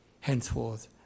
henceforth